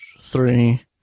three